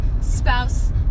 spouse